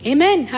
Amen